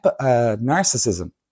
narcissism